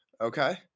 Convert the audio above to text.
okay